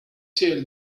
till